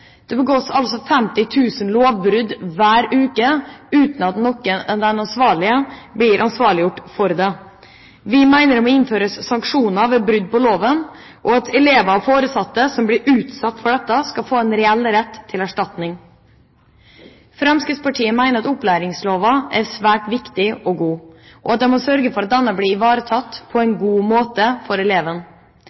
Det begås altså 50 000 lovbrudd hver uke uten at de ansvarlige blir ansvarliggjort. Vi mener det må innføres sanksjoner ved brudd på loven, og at elever og foresatte som blir utsatt for dette, skal få en reell rett til erstatning. Fremskrittspartiet mener at opplæringsloven er svært viktig og god, og at en må sørge for at elevene blir ivaretatt på en god måte